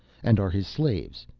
and are his slaves.